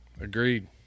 Agreed